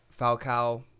Falcao